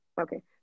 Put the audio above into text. Okay